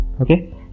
Okay